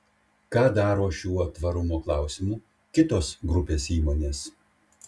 ką daro šiuo tvarumo klausimu kitos grupės įmonės